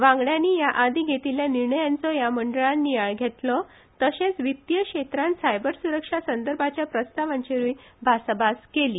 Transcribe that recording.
वांगड्यांनी हे आदीं घेतिल्ल्या निर्णयांचो ह्या मंडळान नियाळ घेतलो तशेंच वित्तीय क्षेत्रांत सायबर सुरक्षा संबंदीच्या प्रस्तावांचेरूय भासाभास केली